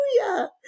hallelujah